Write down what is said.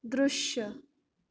दृश्य